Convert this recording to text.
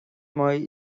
maith